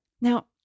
Now